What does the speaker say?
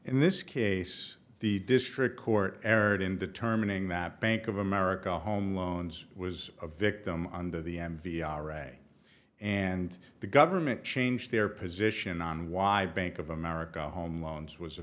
in this case the district court aerate in determining that bank of america home loans was a victim under the m v ira and the government changed their position on why bank of america home loans was a